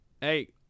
hey